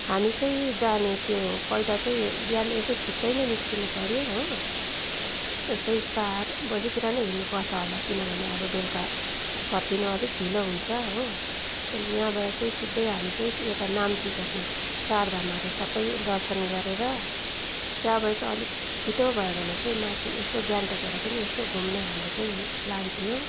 हामी चाहिँ जाने त्यो पहिला चाहिँ बिहान यसो छिटै नै निस्कनु पर्यो हो यस्तै चार बजेतिर नै हिँड्नु पर्छ होला किनभने अब बेलुका फर्कनु अलिक ढिलो हुन्छ हो त्यहाँ यहाँबाट चाहिँ सिधै हामी चाहिँ यता नाम्चीपट्टि चार धामहरू सब दर्शन गरेर त्यहाँबाट चाहिँ अलिक छिटो भयो भने चाहिँ माथि यसो गान्तोकहरू पनि यसो घुम्ने हाम्रो चाहिँ प्लान थियो